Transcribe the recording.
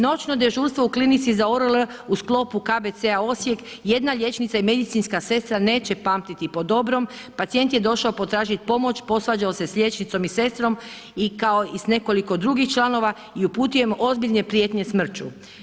Noćno dežurstvo u klinici ORL u sklopu KBC-a Osijek, jedna liječnica i medicinska sestra neće pamtiti po dobrom, pacijent je došao potražiti pomoć, posvađao se sa liječnicom i sestrom i kao i s nekoliko drugih članova i uputio im ozbiljne prijetnje smrću.